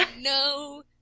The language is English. no